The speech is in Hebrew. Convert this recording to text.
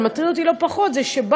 אבל מטריד אותי לא פחות זה שבנקים